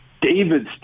David's